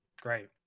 Great